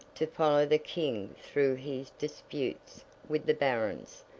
to follow the king through his disputes with the barons,